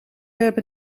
hebben